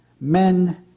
Men